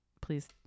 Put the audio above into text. please